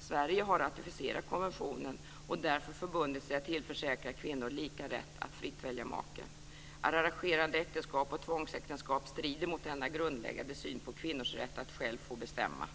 Sverige har ratificerat konventionen och därför förbundit sig att tillförsäkra kvinnor lika rätt att fritt välja make. Arrangerade äktenskap och tvångsäktenskap strider mot denna grundläggande syn på kvinnors rätt att själva få bestämma.